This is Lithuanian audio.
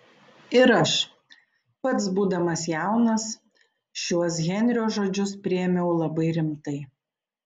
ir aš pats būdamas jaunas šiuos henrio žodžius priėmiau labai rimtai